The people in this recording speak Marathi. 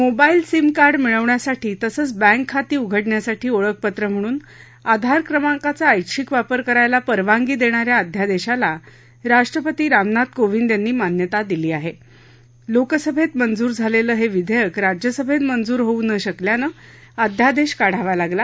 मोबाईल सिम कार्ड मिळवण्यासाठी तसंच बँक खाती उघडण्यासाठी ओळखपत्र म्हणून आधार क्रमांकाचा ऐष्छिक वापर करायला परवानगी देशन्या अध्यादक्षिला राष्ट्रपती राम नाथ कोविंद यांनी मान्यता दिली आह श्रोकसभसीमंजूर झालक्षिह शिध्यक्र राज्यसभसीमंजूर होऊ न शकल्यानं अध्यादक्षककाढावा लागला